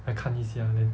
还看一下 then